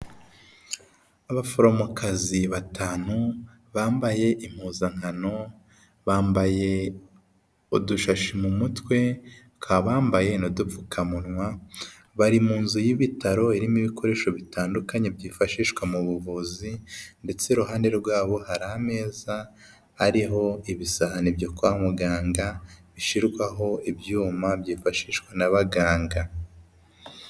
Abaforomokazi batanu bambaye impuzankano bambaye udushashi mu mutwe, baka bambaye nadupfukamunwa. Bari mu nzu y'ibitaro irimo ibikoresho bitandukanye byifashishwa mu buvuzi, ndetse iruhande rwabo hari ameza ariho ibisahani byo kwa muganga bishyirwaho ibyuma byifashishwa n'abaganga.